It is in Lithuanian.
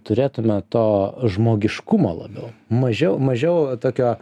turėtume to žmogiškumo labiau mažia mažiau tokio